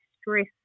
stress